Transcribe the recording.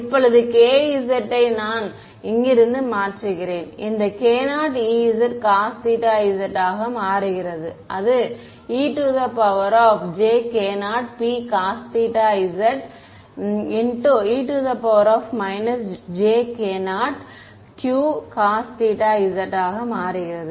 இப்போது kz ஐ நான் இங்கிருந்து மாற்றுகிறேன் இந்த koezcosϴ z ஆக மாறுகிறது அது e jkopcosϴ ze jkoqcosϴ zமாறுகிறது